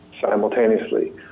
simultaneously